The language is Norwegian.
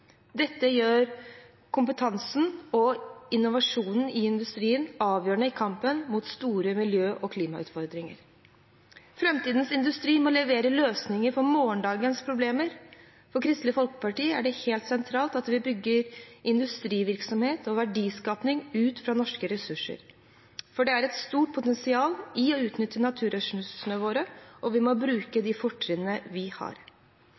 Dette gjør kompetansen og innovasjonen i industrien avgjørende i kampen mot store miljø- og klimautfordringer. Framtidens industri må levere løsninger for morgendagens problemer. For Kristelig Folkeparti er det helt sentralt at vi bygger industrivirksomhet og verdiskapning ut fra norske ressurser, for det er et stort potensial i å utnytte naturressursene våre, og vi må bruke de fortrinnene vi har.